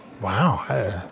Wow